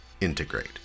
integrate